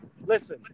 Listen